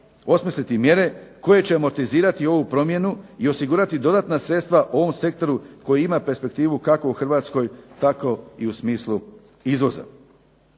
osmisliti i mjere koje će amortizirati i ovu promjenu i osigurati dodatna sredstva ovom sektoru koji ima perspektivu kako u Hrvatskoj tako i u smislu izvoza.